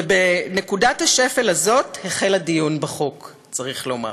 ובנקודת השפל הזאת החל הדיון בחוק, צריך לומר,